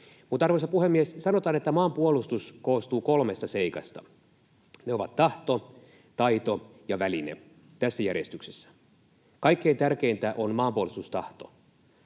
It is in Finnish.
Arvoisa puhemies! Sanotaan, että maanpuolustus koostuu kolmesta seikasta. Ne ovat tahto, taito ja väline — tässä järjestyksessä. Kaikkein tärkeintä on maanpuolustustahto.